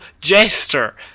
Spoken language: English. Jester